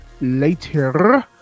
later